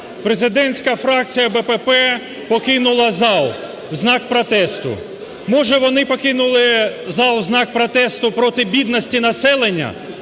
президентська фракція БПП покинула зал в знак протесту. Може вони покинули зал в знак протесту проти бідності населення,